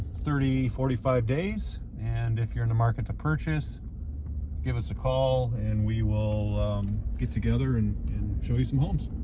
thirty forty five days and if you're in the market to purchase give us a call and we will get together and show you some homes.